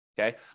okay